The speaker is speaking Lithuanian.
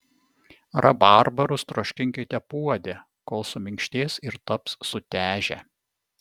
rabarbarus troškinkite puode kol suminkštės ir taps sutežę